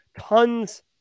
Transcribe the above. Tons